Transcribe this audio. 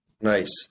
nice